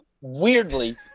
weirdly